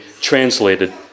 translated